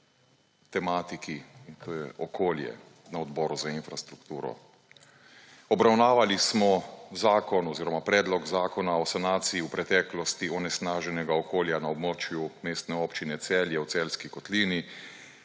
tematiki, to je okolje, na odboru za infrastrukturo. Obravnavali smo Predlog zakona o sanaciji v preteklosti onesnaženega okolja na območju Mestne občine Celje v Celjski kotlini